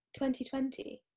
2020